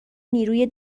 نیروی